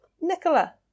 Nicola